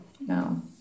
no